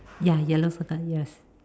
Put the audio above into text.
ya yellow circle yes